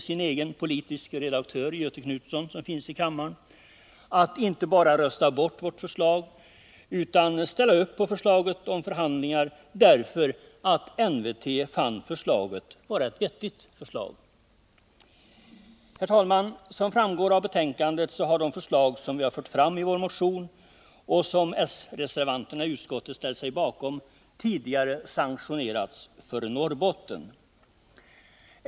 sin egen politiske redaktör Göthe Knutson, som finns här i kammaren — att inte bara rösta bort vårt förslag om förhandlingar utan ställa upp på det, därför att NWT fann förslaget vara vettigt. Herr talman! Som framgår av betänkandet har de förslag som vi fört fram i vår motion och som s-reservanterna i utskottet ställt sig bakom tidigare sanktionerats för Norrbotten.